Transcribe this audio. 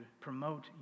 promote